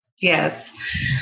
Yes